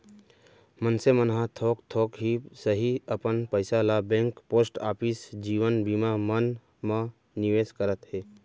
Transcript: मनसे मन ह थोक थोक ही सही अपन पइसा ल बेंक, पोस्ट ऑफिस, जीवन बीमा मन म निवेस करत हे